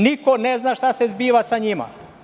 Niko ne zna šta se zbiva sa njima.